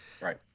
Right